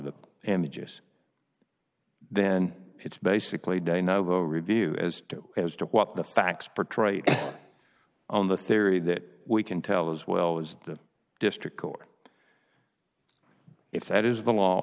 the images then it's basically de novo review as to as to what the facts portrayed on the theory that we can tell as well as the district court if that is the law